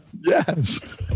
Yes